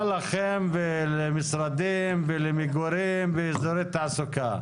מה לכם ולמשרדים ולמגורים ואזורי תעסוקה?